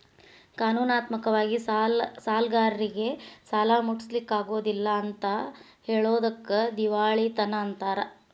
ಕಾನೂನಾತ್ಮಕ ವಾಗಿ ಸಾಲ್ಗಾರ್ರೇಗೆ ಸಾಲಾ ಮುಟ್ಟ್ಸ್ಲಿಕ್ಕಗೊದಿಲ್ಲಾ ಅಂತ್ ಹೆಳೊದಕ್ಕ ದಿವಾಳಿತನ ಅಂತಾರ